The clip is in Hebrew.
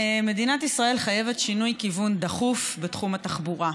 מדינת ישראל חייבת שינוי כיוון דחוף בתחום התחבורה.